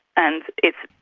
and it